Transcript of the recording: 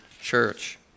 church